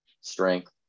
strength